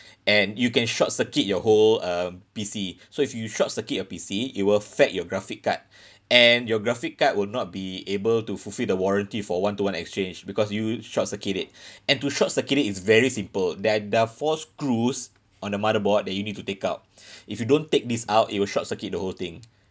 and you can short circuit your whole um P_C so if you short circuit your P_C it will affect your graphic card and your graphic card will not be able to fulfil the warranty for one to one exchange because you short circuit it and to short circuit it is very simple there are there are four screws on the motherboard that you need to take out if you don't take these out it will short circuit the whole thing